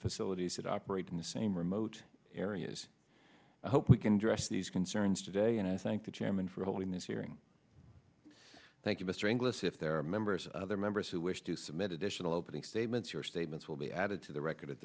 facilities that operate in the same remote areas i hope we can dress these concerns today and i thank the chairman for holding this hearing thank you mr inglis if there are members of other members who wish to submit additional opening statements your statements will be added to the record at